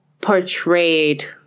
portrayed